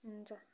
हुन्छ